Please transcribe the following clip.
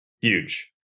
huge